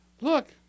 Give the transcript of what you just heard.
Look